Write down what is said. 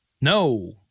No